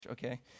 Okay